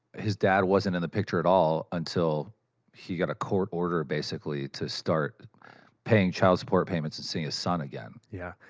his dad wasn't in the picture at all, until he got a court order, basically, to start paying child support payments and seeing his son again. lazarte yeah.